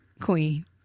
queen